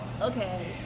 okay